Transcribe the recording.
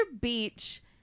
Beach